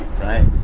Right